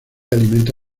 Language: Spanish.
alimento